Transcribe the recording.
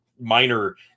minor